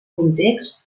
context